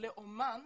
לאומן,